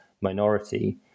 minority